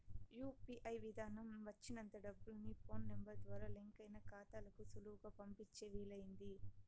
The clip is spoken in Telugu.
యూ.పీ.ఐ విదానం వచ్చినంత డబ్బుల్ని ఫోన్ నెంబరు ద్వారా లింకయిన కాతాలకు సులువుగా పంపించే వీలయింది